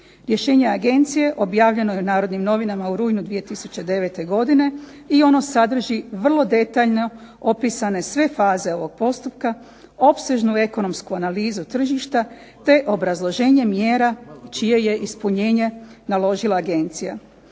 Rješenje agencije objavljeno je u Narodnim novinama u rujnu 2009. godine i ono sadrži vrlo detaljno opisane sve faze ovog postupka, opsežnu ekonomsku analizu tržišta te obrazloženje mjera čije je ispunjenje naložila agencija.